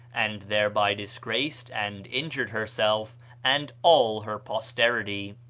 and thereby disgraced and injured herself and all her posterity.